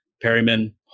Perryman